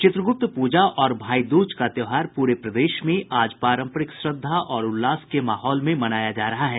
चित्रगुप्त पूजा और भाई दूज का त्योहार पूरे प्रदेश में आज पारंपरिक श्रद्धा और उल्लास के माहौल में मनाया जा रहा है